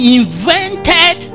invented